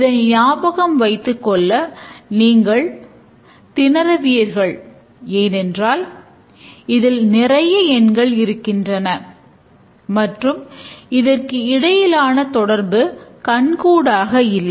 இதை ஞாபகம் வைத்துக்கொள்ள நீங்கள் திணறுவீர்கள் ஏனென்றால் இதில் நிறைய எண்கள் இருக்கின்றன மற்றும் இதற்கு இடையிலான தொடர்பு கண்கூடாக இல்லை